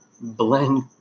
blend